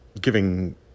giving